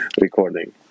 recording